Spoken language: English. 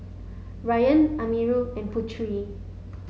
Ryan Amirul and Putri